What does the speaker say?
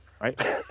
Right